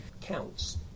counts